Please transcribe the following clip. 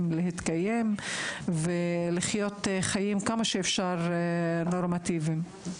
להתקיים ולחיות חיים כמה שאפשר נורמטיביים.